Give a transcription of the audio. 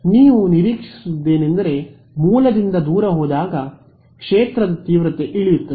ನೀವು ನಿರೀಕ್ಷಿಸುವದೇನೆಂದರೆ ಮೂಲದಿಂದ ದೂರ ಹೋದರೆ ಕ್ಷೇತ್ರದ ತೀವ್ರತೆ ಇಳಿಯುತ್ತದೆ